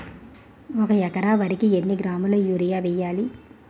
ఒక ఎకర వరి కు ఎన్ని కిలోగ్రాముల యూరియా వెయ్యాలి?